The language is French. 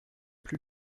plus